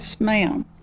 ma'am